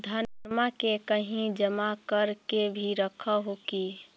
धनमा के कहिं जमा कर के भी रख हू की?